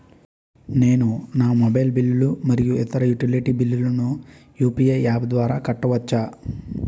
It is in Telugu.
నేను నా మొబైల్ బిల్లులు మరియు ఇతర యుటిలిటీ బిల్లులను నా యు.పి.ఐ యాప్ ద్వారా కట్టవచ్చు